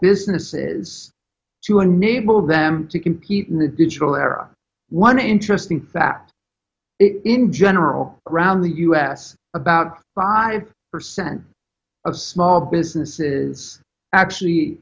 businesses to unable them to compete in the digital era one interesting fact it in general around the u s about five percent of small business is actually